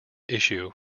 issue